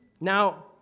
Now